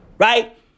Right